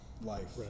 life